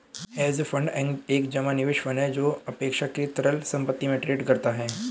hedge fund एक जमा निवेश फंड है जो अपेक्षाकृत तरल संपत्ति में ट्रेड करता है